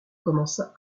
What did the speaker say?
commença